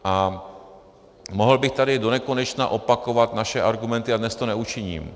A mohl bych tady donekonečna opakovat naše argumenty, ale dnes to neučiním.